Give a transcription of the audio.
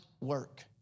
work